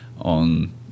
on